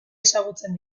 ezagutzen